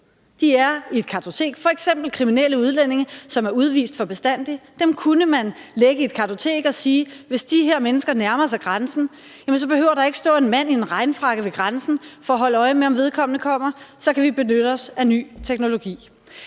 er i et kartotek, f.eks. kriminelle udlændinge, som er udvist for bestandig. Dem kunne man lægge i et kartotek og sige: Hvis de her mennesker nærmer sig grænsen, behøver der ikke stå en mand i en regnfrakke ved grænsen for at holde øje med, om vedkommende kommer. Så kan vi benytte os af ny teknologi.